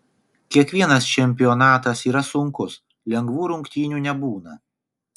kiekvienas čempionatas yra sunkus lengvų rungtynių nebūna